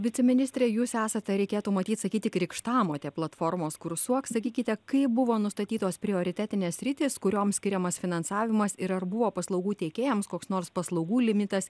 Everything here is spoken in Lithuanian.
viceministre jūs esate reikėtų matyt sakyti krikštamotė platformos kursuok sakykite kaip buvo nustatytos prioritetinės sritys kuriom skiriamas finansavimas ir ar buvo paslaugų teikėjams koks nors paslaugų limitas